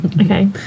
Okay